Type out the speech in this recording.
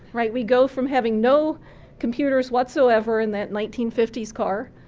right, we go from having no computers whatsoever in that nineteen fifty s car.